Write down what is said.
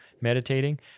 meditating